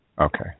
Okay